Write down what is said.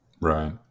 Right